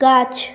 গাছ